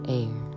air